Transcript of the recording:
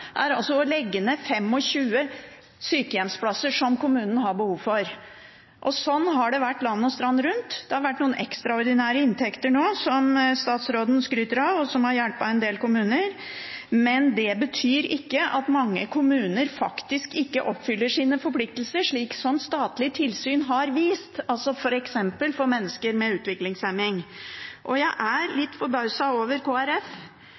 er å legge ned 25 sykehjemsplasser som de har behov for. Slik har det vært land og strand rundt. Det har vært noen ekstraordinære inntekter, som statsråden nå skryter av, og som har hjulpet en del kommuner, men det betyr ikke at mange kommuner faktisk oppfyller sine forpliktelser, som statlig tilsyn har vist, f.eks. for mennesker med utviklingshemning. Jeg er litt forbauset over